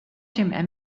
dem